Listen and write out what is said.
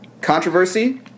Controversy